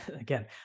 again